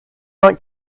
like